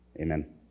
Amen